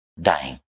dying